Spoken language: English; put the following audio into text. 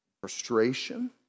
frustration